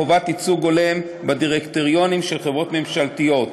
חובת ייצוג הולם בדירקטוריונים של חברות ממשלתיות.